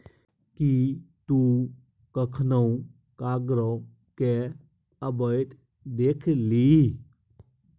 कि तु कखनहुँ कार्गो केँ अबैत देखलिही?